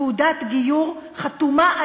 תעודת גיור חתומה,